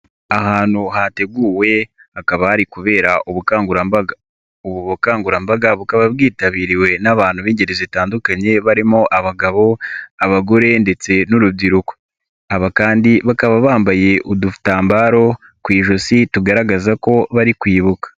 Ahantu hateguwe, hakaba hari kubera ubukangurambaga, ubu bukangurambaga bukaba bwitabiriwe n'abantu b'ingeri zitandukanye barimo abagabo, abagore ndetse n'urubyiruko, aba kandi bakaba bambaye udutambaro ku ijosi, tugaragaza ko bari kwibuka.